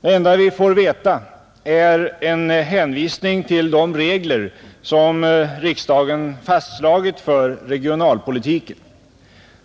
Det enda vi får veta är en hänvisning till de regler som riksdagen fastslagit för regionalpolitiken.